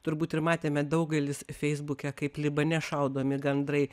turbūt ir matėme daugelis feisbuke kaip libane šaudomi gandrai